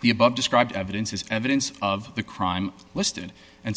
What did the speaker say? the above described evidence is evidence of the crime listed and